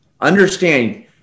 understand